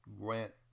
grant